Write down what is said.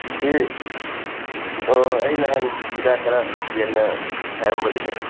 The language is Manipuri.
ꯁꯤ ꯑꯩ ꯅꯍꯥꯟ ꯍꯤꯗꯥꯛ ꯈꯔ ꯂꯧꯒꯦꯅ ꯍꯥꯏꯔꯝꯕꯗꯨꯅꯦ